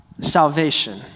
salvation